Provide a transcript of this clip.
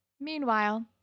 meanwhile